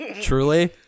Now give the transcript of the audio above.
Truly